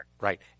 Right